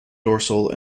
dorsal